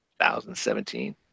2017